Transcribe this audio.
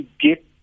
get